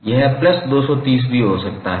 यह 230 भी हो सकता है